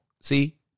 See